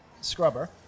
Scrubber